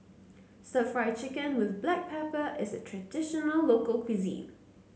stir Fry Chicken with Black Pepper is a traditional local cuisine